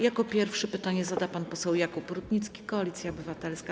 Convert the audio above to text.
Jako pierwszy pytanie zada pan poseł Jakub Rutnicki, Koalicja Obywatelska.